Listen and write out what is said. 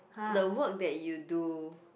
the work that you do